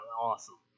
Awesome